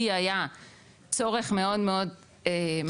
כי היה צורך מאוד מאוד מהיר,